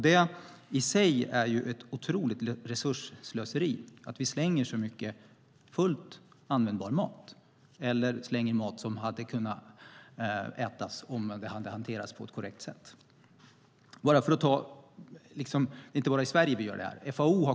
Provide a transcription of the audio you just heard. Det är i sig ett otroligt resursslöseri att vi slänger så mycket fullt användbar mat eller mat som hade kunnat ätas om den hade hanterats på ett korrekt sätt. Det är inte bara i Sverige vi gör det här.